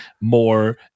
more